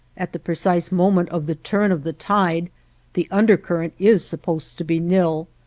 at the precise moment of the turn of the tide the undercurrent is supposed to be nil,